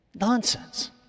Nonsense